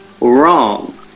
wrong